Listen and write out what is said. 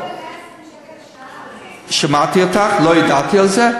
לא ב-120 שקל לשעה, שמעתי אותך, לא ידעתי על זה.